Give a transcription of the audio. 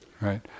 Right